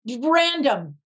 random